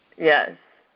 yes,